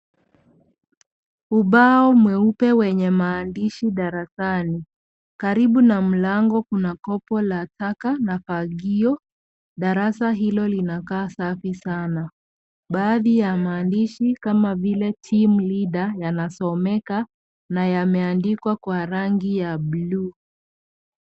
Ubao mweupe wenye maandishi darasani. Karibu na mlango kuna kopo la taka, na fagio, darasa hilo linakaa safi sana . Baadhi ya maandishi kama vile team leader yanasomeka na yameandikwa kwa rangi ya bluu.